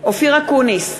אופיר אקוניס,